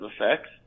effects